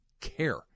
care